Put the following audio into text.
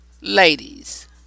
ladies